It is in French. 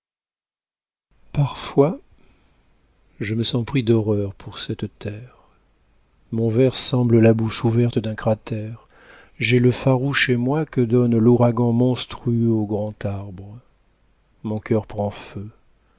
parfois je me sens pris d'horreur pour cette terre mon vers semble la bouche ouverte d'un cratère j'ai le farouche émoi que donne l'ouragan monstrueux au grand arbre mon cœur prend feu